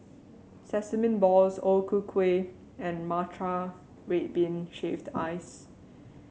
Sesame Balls O Ku Kueh and Matcha Red Bean Shaved Ice